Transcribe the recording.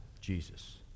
Jesus